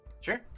Sure